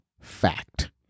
fact